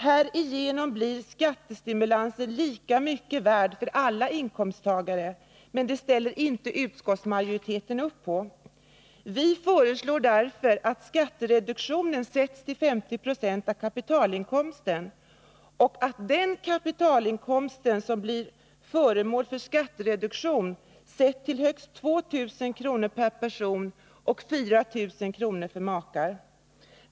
Härigenom blir skattestimulansen lika mycket värd för alla inkomsttagare, men det ställer utskottsmajoriteten inte upp på. Vi föreslår därför att skattereduktionen sätts till 50 20 av kapitalinkomsten och att den kapitalinkomst som blir föremål för skattereduktion sätts till högst 2000 kr. per person och 4000 kr. för makar.